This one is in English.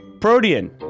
protean